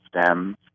stems